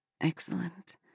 Excellent